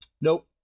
Nope